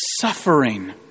suffering